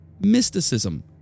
mysticism